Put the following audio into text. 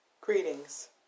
Greetings